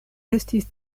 estis